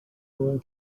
one